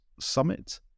summit